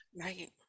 Right